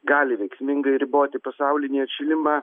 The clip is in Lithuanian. gali veiksmingai riboti pasaulinį atšilimą